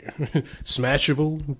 smashable